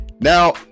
now